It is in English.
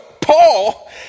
Paul